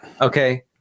Okay